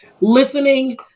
listening